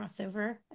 crossover